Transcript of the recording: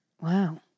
Wow